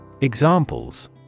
Examples